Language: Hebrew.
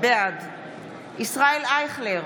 בעד ישראל אייכלר,